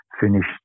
finished